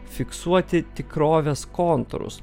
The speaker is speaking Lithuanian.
fiksuoti tikrovės kontūrus